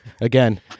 again